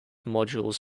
modules